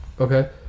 okay